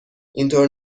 اینطور